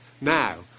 now